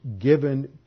given